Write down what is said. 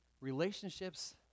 Relationships